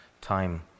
time